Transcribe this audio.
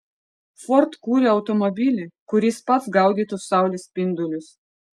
ford kuria automobilį kuris pats gaudytų saulės spindulius